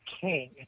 King